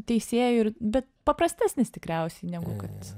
teisėjų ir bet paprastesnis tikriausiai negu kad